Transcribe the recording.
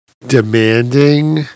demanding